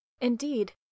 Indeed